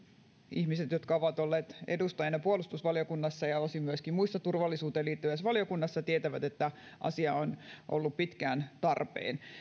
ihmiset jotka ovat olleet edustajina puolustusvaliokunnassa ja osin myöskin muissa turvallisuuteen liittyvissä valiokunnissa tietävät että asia on ollut pitkään tarpeen